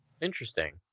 Interesting